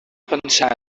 pensar